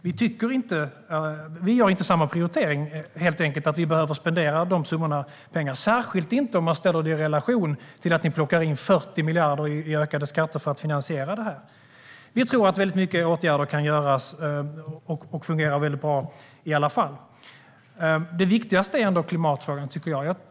Vi gör helt enkelt inte samma prioritering och tycker inte att vi behöver spendera de summorna - särskilt inte om man sätter det i relation till att ni plockar in 40 miljarder i ökade skatter för att finansiera detta. Vi tror att väldigt många åtgärder kan vidtas och fungera bra i alla fall. Det viktigaste är ändå klimatfrågan.